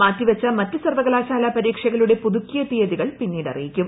മാറ്റിവച്ച മറ്റ് സർവ്വകലാശാല പരീക്ഷകളുടെ പുതുക്കിയ തീയതികൾ പിന്നീട് അറിയിക്കും